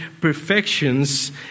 perfections